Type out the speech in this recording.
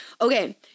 Okay